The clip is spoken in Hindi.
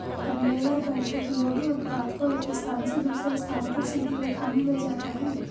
कन्वेयर बेल्ट उपयोगी उत्पाद को एक स्थान से दूसरे स्थान पर सीधी रेखा में ले जाता है